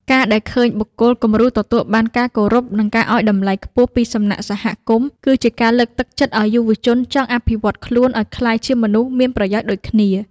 ការដែលឃើញបុគ្គលគំរូទទួលបានការគោរព និងការឱ្យតម្លៃខ្ពស់ពីសំណាក់សហគមន៍ គឺជាការលើកទឹកចិត្តឱ្យយុវជនចង់អភិវឌ្ឍខ្លួនឱ្យក្លាយជាមនុស្សមានប្រយោជន៍ដូចគ្នា។